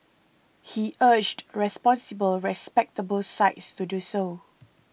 he urged responsible respectable sites to do so